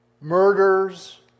murders